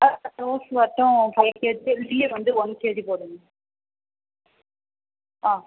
ஆ rose மட்டும் five KG வந்து one KG போடுங்க ஆ